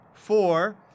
Four